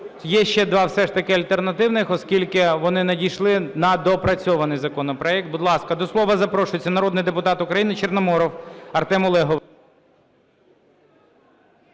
є ще два все ж таки альтернативних, оскільки вони надійшли на доопрацьований законопроект. Будь ласка, до слова запрошується народний депутат України Чорноморов Артем Олегович.